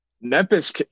Memphis